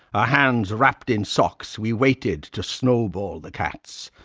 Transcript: our hands wrapped in socks, we waited to snowball the cats.